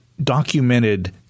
documented